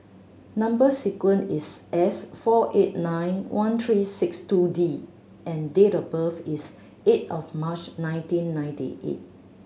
number sequence is S four eight nine one three six two D and date of birth is eight of March nineteen ninety eight